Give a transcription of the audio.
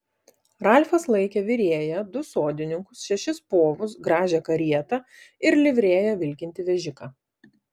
ralfas laikė virėją du sodininkus šešis povus gražią karietą ir livrėja vilkintį vežiką